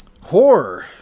Horror